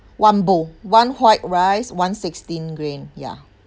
one bowl one white rice one sixteen grain ya